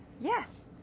Yes